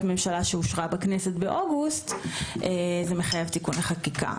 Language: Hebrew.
ממשלה שאושרה בכנסת באוגוסט זה מחייב תיקוני חקיקה.